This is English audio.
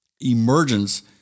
emergence